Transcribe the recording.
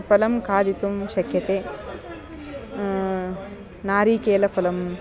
फलं खादितुं शक्यते नारिकेलफलं